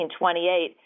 1928